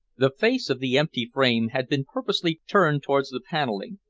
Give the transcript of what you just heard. the face of the empty frame had been purposely turned towards the panelling,